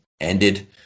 ended